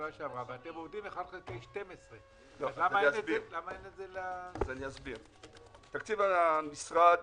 ואתם עוברים על 1 חלקי 12. תקציב המשרד